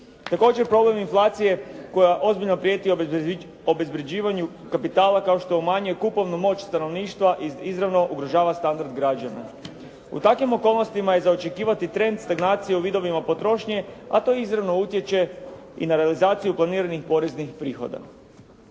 Također problem inflacije koja ozbiljno prijeti obezvređivanju kapitala kao što umanjuje kupovnu moć stanovništva i izravno ugrožava standard građana. U takvim okolnostima je za očekivati trend stagnacije u vidovima potrošnje a to izravno utječe i na realizaciju planiranih poreznih prihoda.